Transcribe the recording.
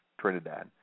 Trinidad